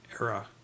era